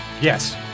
Yes